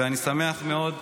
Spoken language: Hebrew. ואני שמח מאוד,